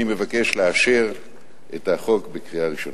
אני מבקש לאשר את החוק בקריאה ראשונה.